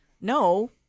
no